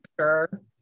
sure